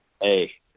hey